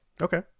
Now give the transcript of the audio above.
Okay